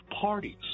parties